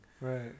Right